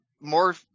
more